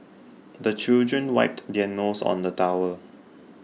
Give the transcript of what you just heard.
the children wiped their noses on the towel